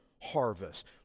harvest